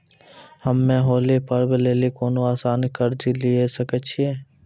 हम्मय होली पर्व लेली कोनो आसान कर्ज लिये सकय छियै?